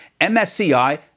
MSCI